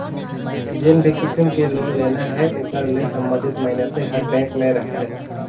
जेन भी किसम के लोन लेना हे ओकर ले संबंधित मइनसे हर बेंक में रहथे